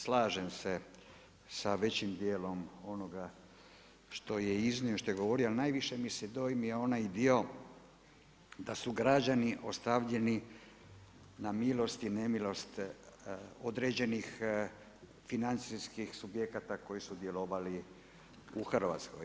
Slažem se sa većim dijelom onoga što je iznio, što je govorio, ali najviše mi se dojmio onaj dio da su građani ostavljeni na milost i nemilost određenih financijskih subjekata koji su djelovali u Hrvatskoj.